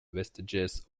vestiges